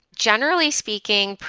generally speaking,